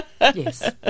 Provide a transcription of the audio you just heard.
Yes